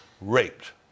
raped